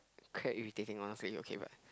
quite irritating honestly okay but